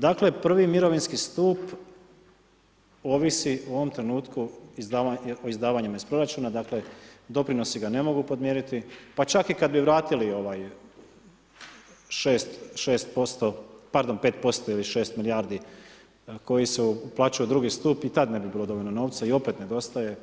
Dakle, prvi mirovinski stup ovisi u ovom trenutku o izdavanjima iz proračuna, dakle doprinosi ga ne mogu podmiriti pa čak i kad bi vratili ovaj 6% pardon 5% ili 6 milijardi koje se uplaćuju u drugi stup, i rad ne bi bilo dovoljno novca i opet nedostaje